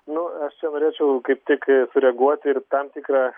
nu čia norėčiau kaip tik sureaguoti ir tam tikrą